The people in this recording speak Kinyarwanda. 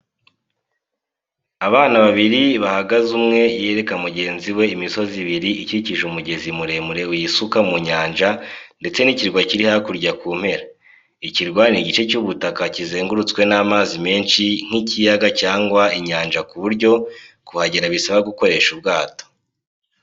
Abana babiri bahagaze umwe yereka mugenzi we imisozi ibiri ikikije umugezi muremure w'isuka mu nyanja ndetse n'ikirwa kiri hakurya ku mpera. Ikirwa ni igice cy'ubutaka kizengurutswe n'amazi menshi nk' ikiyaga cyangwa inyanja kuburyo kuhagera bisaba gukoresha ubwato.